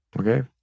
okay